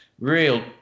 real